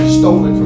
stolen